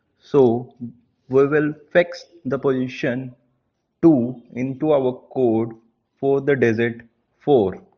so we will fix the position two into our code for the digit four